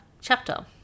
chapter